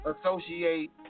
associate